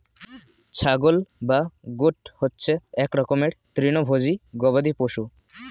ছাগল বা গোট হচ্ছে এক রকমের তৃণভোজী গবাদি পশু